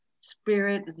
spirit